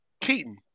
Keaton